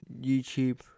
YouTube